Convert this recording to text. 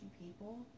people